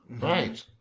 Right